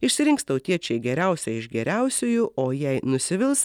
išsirinks tautiečiai geriausią iš geriausiųjų o jei nusivils